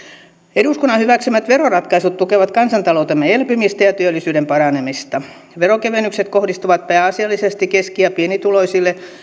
eduskunnan hyväksymät veroratkaisut tukevat kansantaloutemme elpymistä ja työllisyyden paranemista veronkevennykset kohdistuvat pääasiallisesti keski ja pienituloisille